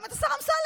גם את השר אמסלם.